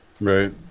Right